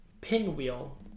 pinwheel